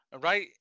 Right